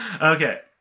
Okay